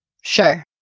Sure